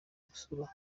gusura